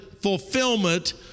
fulfillment